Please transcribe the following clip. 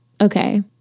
Okay